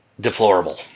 deplorable